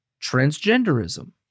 transgenderism